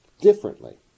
differently